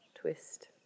twist